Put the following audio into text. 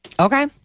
Okay